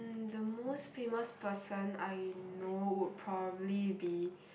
the most famous person I know would probably be